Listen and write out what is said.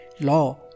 law